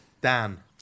Dan